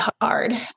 hard